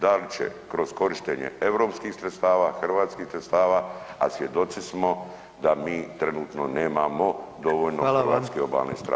Da li će kroz korištenje europskih sredstava, hrvatskih sredstava, a svjedoci smo da mi trenutno nemamo dovoljno [[Upadica: Hvala vam.]] hrvatske Obalne straže?